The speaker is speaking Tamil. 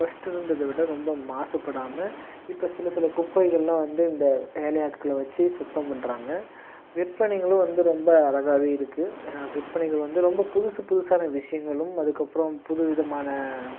ஃபஸ்ட்டு இருந்ததை விட ரொம்ப மாசுபடாமல் இப்போ சில சில குப்பைகள்லாம் வந்து இந்த வேலை ஆட்களை வச்சு சுத்தம் பண்றாங்க விற்பனைகளும் வந்து ரொம்ப அழகாகவே இருக்குது விற்பனைகள் வந்து ரொம்ப புதுசு புதுசான விஷயங்களும் அதுக்கப்புறம் புது விதமான